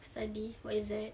study what is that